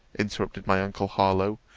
interrupted my uncle harlowe,